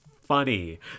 funny